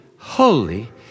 Holy